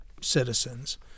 citizens